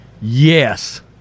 Yes